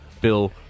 Bill